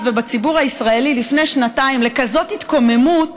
ובציבור הישראלי לפני שנתיים לכזאת התקוממות,